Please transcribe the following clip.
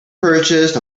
purchased